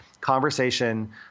conversation